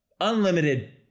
unlimited